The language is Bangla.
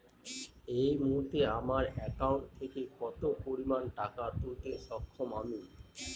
এই মুহূর্তে আমার একাউন্ট থেকে কত পরিমান টাকা তুলতে সক্ষম আমি?